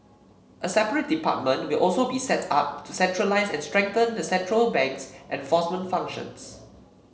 a separate department will also be set up to centralise and strengthen the central bank's enforcement functions